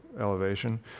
elevation